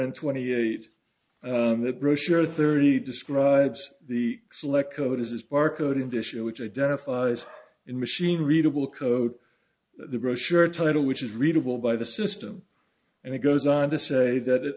and twenty eight the brochure thirty describes the select code as barcoding this year which identifies in machine readable code the brochure title which is readable by the system and it goes on to say that i